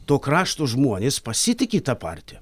to krašto žmonės pasitiki ta partija